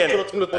כאשר סיעה מתפצלת,